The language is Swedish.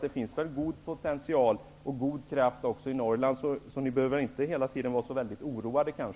Det finns alltså god potential och god kraft också i Norrland. Så ni behöver inte hela tiden vara så väldigt oroade.